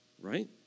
right